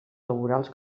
laborals